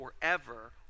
forever